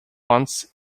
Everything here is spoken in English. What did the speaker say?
wants